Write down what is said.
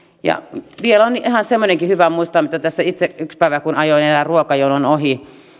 vielä on semmoinenkin ihan hyvä muistaa mitä tässä yhtenä päivänä mietin kun ajoin erään ruokajonon ohi